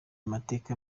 amateka